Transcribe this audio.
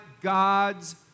God's